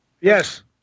Yes